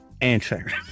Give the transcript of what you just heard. answer